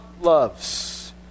loves